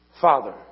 Father